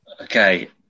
okay